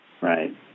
Right